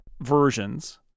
versions